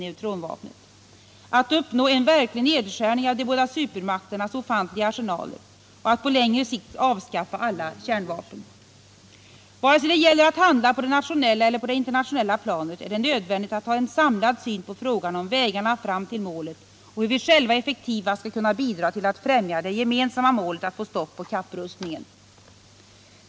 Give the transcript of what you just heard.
neutronvapnet, att uppnå en verklig nedskärning av de båda supermakternas ofantliga arsenaler och att på längre sikt avskaffa alla kärnvapen. Vare sig det gäller att handla på det nationella eller på det internationella planet är det nödvändigt att ha en samlad syn på frågan om vägarna fram till målet och hur vi själva effektivast skall kunna bidra till att främja det gemensamma målet att få stopp på kapprustningen.